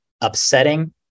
upsetting